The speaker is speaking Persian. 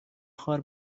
خوار